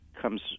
comes